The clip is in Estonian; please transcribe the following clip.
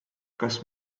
kas